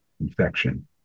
infection